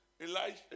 Elijah